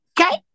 okay